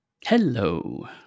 hello